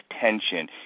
tension